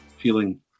feeling